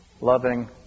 Loving